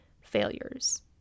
failures